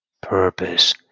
purpose